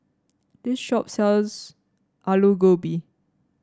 this shop sells Alu Gobi